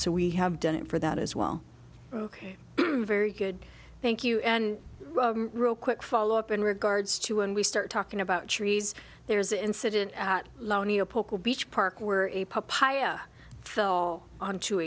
so we have done it for that as well ok very good thank you and real quick follow up in regards to and we start talking about trees there's incident lonia poco beach park we're fell onto